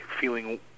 feeling